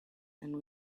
and